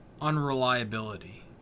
unreliability